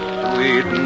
sweet